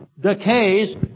decays